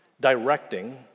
directing